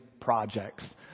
projects